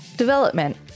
Development